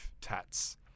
tats